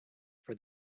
for